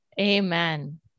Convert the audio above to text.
Amen